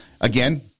Again